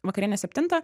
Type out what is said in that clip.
vakarienė septintą